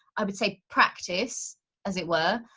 i would say practice as it were,